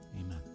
Amen